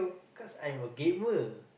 cause I'm a gamer